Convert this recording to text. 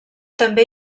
també